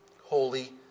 holy